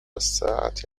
الساعة